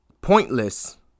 pointless